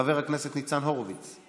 חבר הכנסת ניצן הורוביץ,